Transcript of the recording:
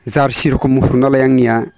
जारसि रकम मोखौ नालाय आंनिया